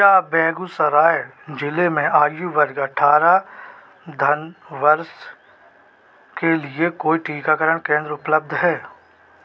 क्या बेगूसराय ज़िले में आयु वर्ग अठारह धन वर्ष के लिए कोई टीकाकरण केंद्र उपलब्ध हैं